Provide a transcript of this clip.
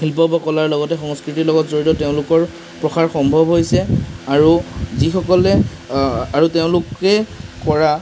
শিল্প বা কলাৰ লগতে সংস্কৃতিৰ লগত জড়িত তেওঁলোকৰ প্ৰসাৰ সম্ভৱ হৈছে আৰু যিসকলে আৰু তেওঁলোকে কৰা